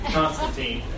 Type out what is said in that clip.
Constantine